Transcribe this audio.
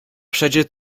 przecie